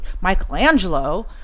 michelangelo